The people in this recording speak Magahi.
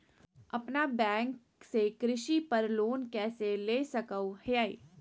अपना बैंक से कृषि पर लोन कैसे ले सकअ हियई?